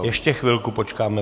Ještě chvilku počkáme.